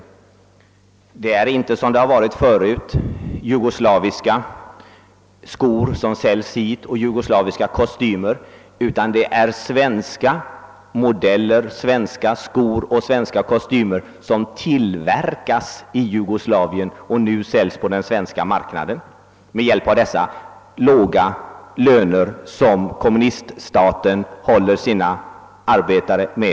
Men det är inte, såsom förut jugoslaviska skor och kostymer som säljs hit, utan det är svenska skor och svenska kostymer i svenska modeller som tillverkas i Jugoslavien och nu i stor mängd säljs på den svenska mark naden, med hjälp av de låga löner som kommuniststaten betalar sina arbetare.